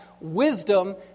wisdom